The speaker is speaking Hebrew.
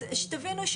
אז שתבינו,